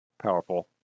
powerful